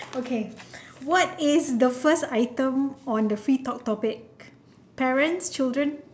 okay what is the first item on the free talk topic parents children